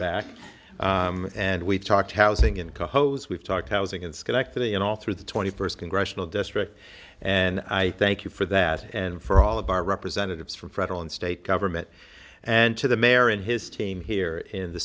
back and we talked housing in cohost we've talked housing in schenectady and all through the twenty first congressional district and i thank you for that and for all of our representatives from federal and state government and to the mayor and his team here in the